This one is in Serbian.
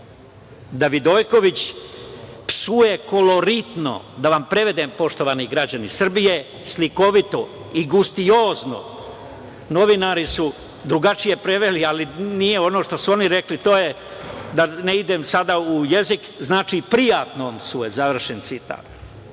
Da Vidojković psuje koloritno. Da vam prevedem poštovani građani Srbije, slikovito i gustiozno. Novinari su drugačije preveli, ali nije ono što su oni rekli, to je, da ne idem sada u jezik, znači, prijatno, završen citat. Mogao